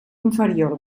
inferior